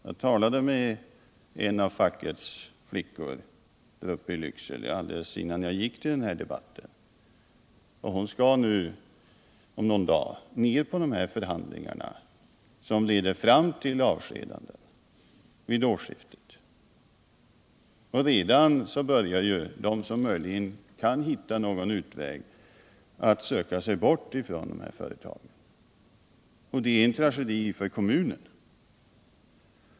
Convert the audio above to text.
Jag talade med en av fackets flickor i Lycksele alldeles innan jag gick till den här debatten. Hon skall nu om någon dag vara med i de här förhandlingarna, som leder fram till avskedanden vid årsskiftet. De som möjligen kan hitta någon utväg börjar redan söka sig bort från dessa företag, och det är en tragedi för kommunen.